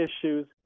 issues